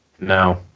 No